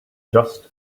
just